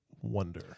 wonder